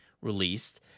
released